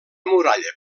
muralla